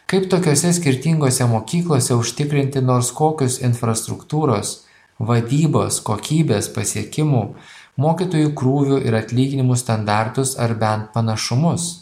kaip tokiose skirtingose mokyklose užtikrinti nors kokius infrastruktūros vadybos kokybės pasiekimų mokytojų krūvių ir atlyginimų standartus ar bent panašumus